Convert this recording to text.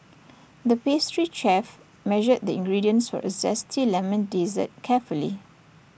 the pastry chef measured the ingredients for A Zesty Lemon Dessert carefully